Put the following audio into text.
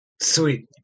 sweet